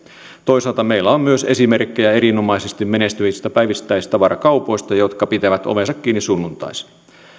toisaalta meillä on myös esimerkkejä erinomaisesti menestyvistä päivittäistavarakaupoista jotka pitävät ovensa kiinni sunnuntaisin